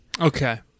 Okay